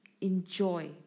enjoy